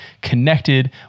connected